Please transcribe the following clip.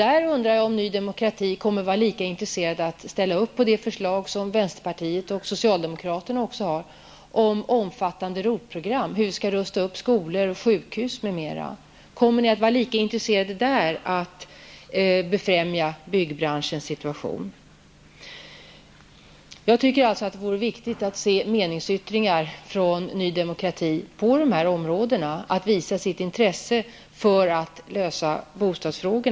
Är Ny Demokrati lika intresserat av att ställa upp på det förslag som vänsterpartiet och socialdemokraterna har lagt fram om omfattande ROT-program, dvs. upprustning av skolor och sjukhus m.m.? Kommer Ny Demokrati i detta fall att vara lika intresserat av att befrämja byggbranschens situation? Jag tycker att det är viktigt att få höra meningsyttringar från Ny Demokrati på dessa områden och att man visar ett intresse för att lösa dessa bostadsfrågor.